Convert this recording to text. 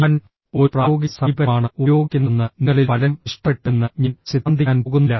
ഞാൻ ഒരു പ്രായോഗിക സമീപനമാണ് ഉപയോഗിക്കുന്നതെന്ന് നിങ്ങളിൽ പലരും ഇഷ്ടപ്പെട്ടുവെന്ന് ഞാൻ സിദ്ധാന്തിക്കാൻ പോകുന്നില്ല